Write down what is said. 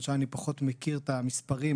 ששם אני פחות מכיר את המספרים,